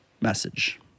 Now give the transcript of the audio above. message